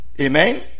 amen